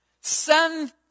Send